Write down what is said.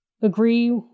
agree